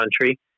country